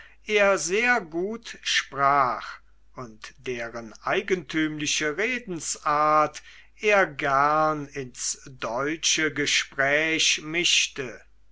er sehr gut sprach und deren eigentümliche redensarten er gern ins deutsche gespräch mischte